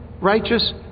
righteous